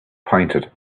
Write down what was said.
pointed